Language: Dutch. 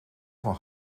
van